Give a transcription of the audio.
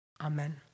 Amen